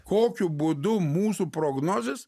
kokiu būdu mūsų prognozės